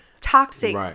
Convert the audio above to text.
toxic